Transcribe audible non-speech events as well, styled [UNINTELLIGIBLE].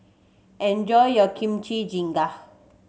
enjoy your Kimchi [UNINTELLIGIBLE]